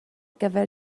gyfer